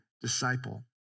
disciple